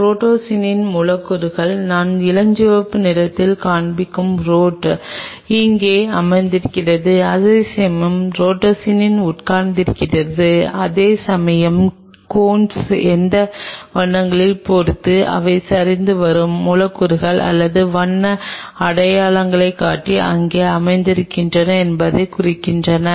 உங்கள் ரோடோப்சினின் rhodopsin's மூலக்கூறுகள் நான் இளஞ்சிவப்பு நிறங்களில் காண்பிக்கும் ரோட் இங்கே அமர்ந்திருக்கின்றன அதேசமயம் ரோடோப்சின் rhodopsin's உட்கார்ந்திருக்கிறார்கள் அதே சமயம் கோன்ஸ் எந்த வண்ணங்களைப் பொறுத்து அவை சரிந்து வரும் மூலக்கூறுகள் அல்லது வண்ண அடையாளங்காட்டிகள் இங்கே அமர்ந்திருக்கின்றன என்பதைக் குறிக்கின்றன